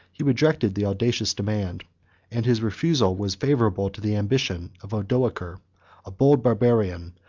he rejected the audacious demand and his refusal was favorable to the ambition of odoacer a bold barbarian,